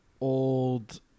old